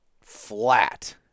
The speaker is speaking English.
Flat